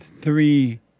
three